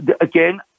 again